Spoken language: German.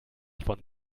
von